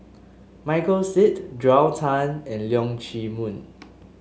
Michael Seet Joel Tan and Leong Chee Mun